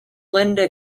linda